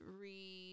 read